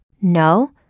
No